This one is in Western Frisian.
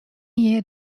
hjir